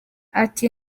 ati